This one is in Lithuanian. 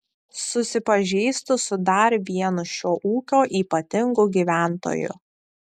susipažįstu su dar vienu šio ūkio ypatingu gyventoju